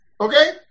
Okay